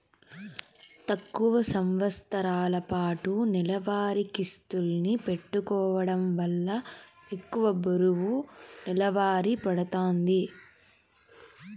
తక్కువ సంవస్తరాలపాటు నెలవారీ కిస్తుల్ని పెట్టుకోవడం వల్ల ఎక్కువ బరువు నెలవారీ పడతాంది